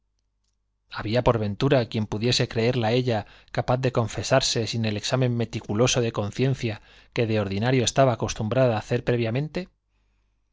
había por ventura quien pudiese creerla á ella de capaz confesarse sin el examen meticuloso de conciencia que de ordinario estaba acostumbrada á hacer